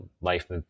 life